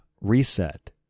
reset